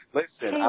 listen